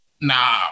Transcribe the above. nah